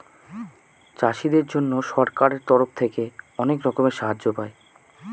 চাষীদের জন্য সরকারের তরফ থেকে অনেক রকমের সাহায্য পায়